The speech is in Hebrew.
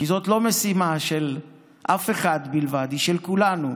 כי זאת לא משימה של אחד בלבד, היא של כולנו,